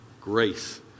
grace